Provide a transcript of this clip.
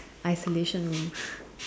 isolation room